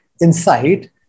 insight